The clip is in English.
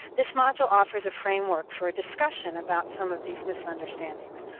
this module offers a framework for a discussion about some of these misunderstandings.